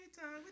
time